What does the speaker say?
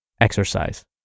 exercise